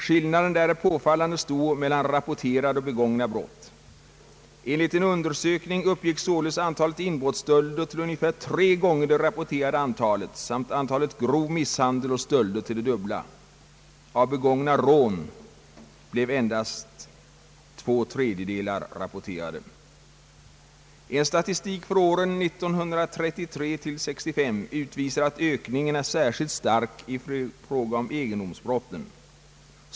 Skillnaden är påfallande stor mellan rapporterade och begångna brott. Enligt en undersökning uppgick således antalet inbrottsstölder till ungefär tre gånger det rapporterade antalet samt antalet grov misshandel och stölder till det dubbla. Av begångna rån blev endast två tredjedelar rapporterade. En statistik för åren 1933—1965 utvisar att ökningen är särskilt stark j fråga om egendomsbrotten.